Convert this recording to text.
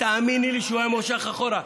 תאמיני לי שהוא היה מושך אחורה.